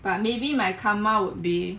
but maybe my karma would be